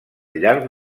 llarg